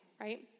right